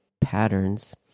patterns